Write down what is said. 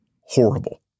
horrible